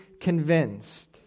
convinced